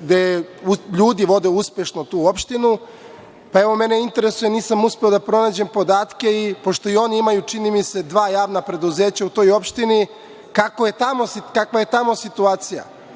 gde ljudi vode uspešno tu opštinu. Mene interesuje, nisam uspeo da pronađem podatke, pa pošto i oni imaju, čini mi se, dva javna preduzeća u toj opštini, kakva je tamo situacija?